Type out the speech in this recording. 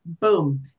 boom